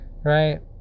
Right